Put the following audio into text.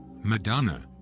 Madonna